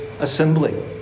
assembly